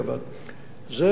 זה פחות מ-0.5%.